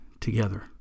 together